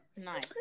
nice